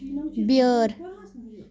بیٲر